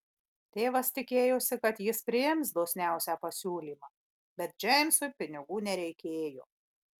tėvas tikėjosi kad jis priims dosniausią pasiūlymą bet džeimsui pinigų nereikėjo